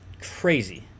crazy